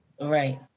Right